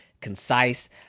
concise